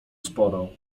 sporo